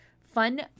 fun